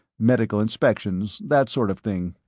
medical inspections, that sort of thing.